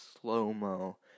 slow-mo